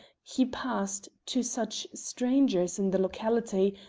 he passed, to such strangers in the locality,